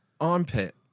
armpit